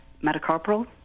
metacarpal